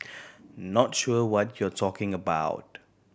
not sure what we're talking about